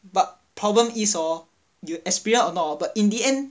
but problem is hor you experience or not hor but in the end